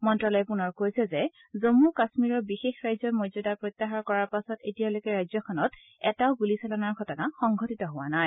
মন্নালয়ে পুনৰ কৈছে যে জম্মু কাশ্মীৰৰ বিশেষ ৰাজ্যৰ মৰ্যাদা প্ৰত্যাহাৰ কৰাৰ পাছত এতিয়ালৈকে ৰাজ্যখনত এটাও গুলীচালনাৰ ঘটনা সংঘটিত হোৱা নাই